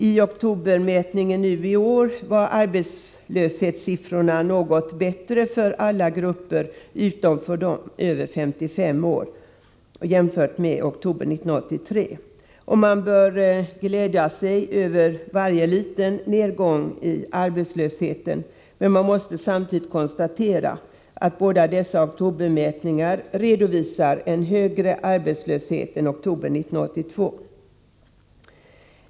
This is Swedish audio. I oktobermätningen nu i år var arbetslöshetssiffrorna något bättre för alla grupper, utom för dem över 55 år, jämfört med oktober 1983. Man bör glädja sig över varje liten nedgång i arbetslösheten, men man måste samtidigt konstatera att båda dessa oktobermätningar redovisar högre arbetslöshet än oktober 1982.